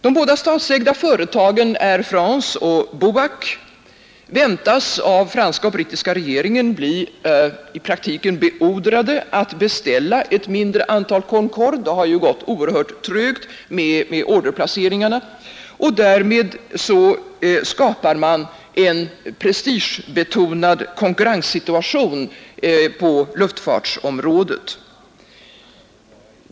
De båda statsägda företagen Air France och BOAC väntas av franska och brittiska regeringarna bli i praktiken beordrade att beställa ett mindre antal Concorde — det har ju gått trögt med orderplaceringen — och därmed skapar man en prestigebetonad konkurrenssituation på luftfartsområdet.